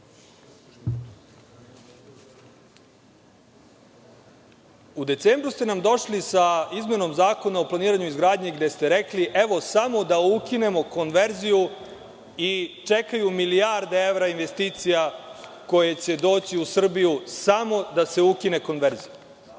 mesecu ste nam došli sa izmenom Zakona o planiranju i izgradnji gde ste rekli - evo, samo da ukinemo konverziju i čekaju milijarde evra investicija koje će doći u Srbiju. Objašnjavali